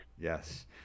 Yes